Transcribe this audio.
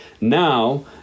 Now